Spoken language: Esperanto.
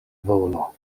volo